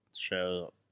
show